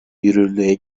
yürürlüğe